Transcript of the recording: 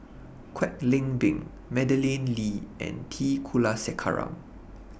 Kwek Leng Beng Madeleine Lee and T Kulasekaram